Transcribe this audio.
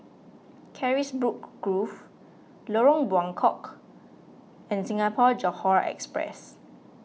Carisbrooke Grove Lorong Buangkok and Singapore Johore Express